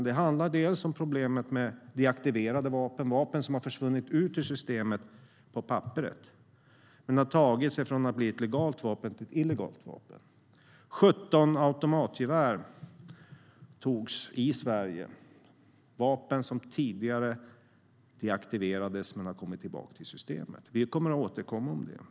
Det handlar bland annat om problemet med deaktiverade vapen, det vill säga vapen som på papperet har försvunnit ur systemet men som har gått från att vara legala vapen till att vara illegala vapen. 17 automatgevär har beslagtagits i Sverige - vapen som har deaktiverats men kommit tillbaka till systemet. Vi kommer att återkomma till det.